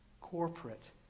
Corporate